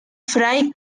fry